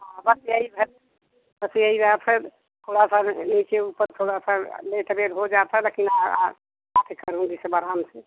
हाँ बस यही भर बस यही रहा फिर थोड़ा सा नीचे ऊपर थोड़ा सा आ लेट वेट हो जात है लेकिन आ आ आ कर करूँगी सब अराम से